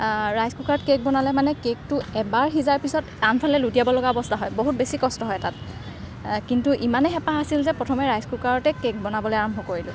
rice কুকাৰত cake বনালে মানে কেকটো এবাৰ সিজাৰ পিছত আনফালে লুটিয়াব লগা অৱস্থা হয় বহুত বেছি কষ্ট হয় তাত কিন্তু ইমানে হেঁপাহ আছিলে যে প্ৰথমে ৰাইচ কুকাৰতে কে'ক বনাবলৈ আৰম্ভ কৰিলোঁ